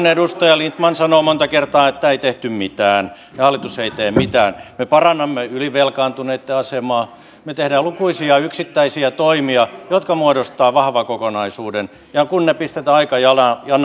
edustaja lindtman sanoi monta kertaa että ei tehty mitään ja hallitus ei tee mitään mutta me parannamme ylivelkaantuneitten asemaa me teemme lukuisia yksittäisiä toimia jotka muodostavat vahvan kokonaisuuden ja kun ne pistetään aikajanalle